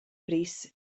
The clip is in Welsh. brys